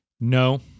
No